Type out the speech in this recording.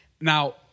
Now